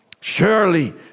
Surely